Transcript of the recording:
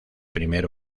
primer